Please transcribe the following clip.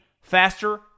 faster